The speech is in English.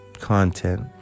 content